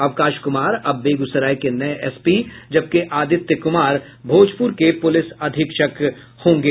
अवकाश कुमार अब बेगूसराय के नये एसपी जबकि आदित्य कुमार भोजपुर के पुलिस अधीक्षक होंगे